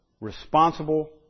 responsible